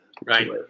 right